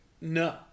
No